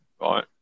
right